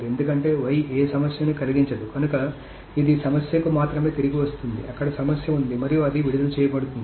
ఎందుకంటే y ఏ సమస్యను కలిగించదు కనుక ఇది సమస్యకు మాత్రమే తిరిగి వస్తుంది అక్కడ సమస్య ఉంది మరియు అది విడుదల చేయబడుతుంది